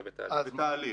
שזה בתהליך.